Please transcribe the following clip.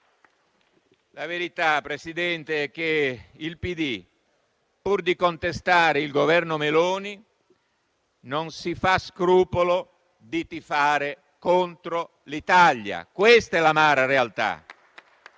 La verità, signor Presidente, è che il Partito Democratico, pur di contestare il Governo Meloni, non si fa scrupolo di tifare contro l'Italia: questa è l'amara realtà.